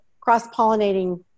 cross-pollinating